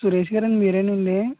సురేష్ గారండి మీరేనా అండి